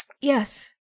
Yes